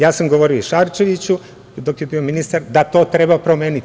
Ja sam govorio i Šarčeviću dok je bio ministar da to treba promeniti.